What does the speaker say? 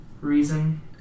reason